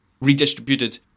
redistributed